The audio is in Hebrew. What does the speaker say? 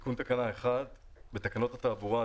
תיקון תקנה 1 1. בתקנות התעבורה,